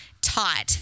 taught